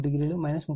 43o 30o